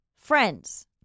friends